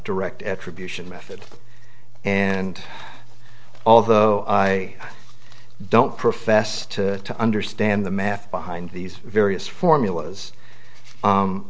direct attribution method and although i don't profess to understand the math behind these various formulas